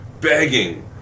begging